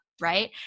right